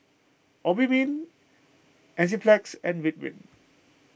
Obimin Enzyplex and Ridwind